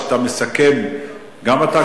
גם אתה,